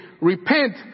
Repent